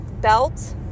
belt